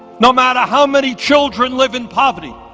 no matter how many children live in poverty